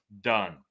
done